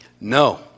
No